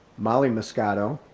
molly moscato,